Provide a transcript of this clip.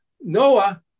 Noah